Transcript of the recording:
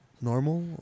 Normal